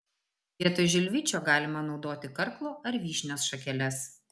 vietoj žilvičio galima naudoti karklo ar vyšnios šakeles